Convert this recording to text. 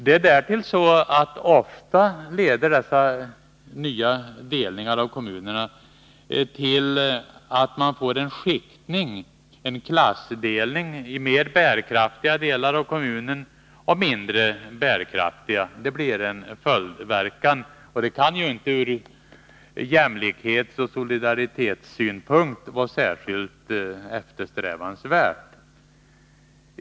Det är därtill så att dessa delningar av kommuner ofta leder till att man får en skiktning, en klassdelning i mera bärkraftiga delar av kommunen och mindre bärkraftiga. Det blir en följdverkan. Detta kan ju inte ur jämlikhetsoch solidaritetssynpunkt vara särskilt eftersträvansvärt.